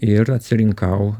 ir atsirinkau